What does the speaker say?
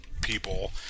people